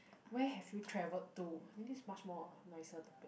where have you travelled to I mean this is much more a nicer topic